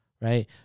right